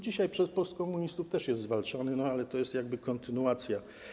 Dzisiaj przez postkomunistów też jest zwalczany, ale to jest kontynuacja.